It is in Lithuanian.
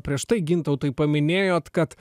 prieš tai gintautai paminėjot kad